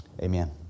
Amen